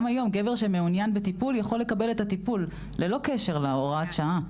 גם היום גבר שמעוניין בטיפול יכול לקבל את הטיפול ללא קשר להוראת השעה.